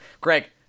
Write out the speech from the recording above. Greg